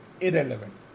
irrelevant